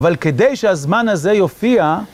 אבל כדי שהזמן הזה יופיע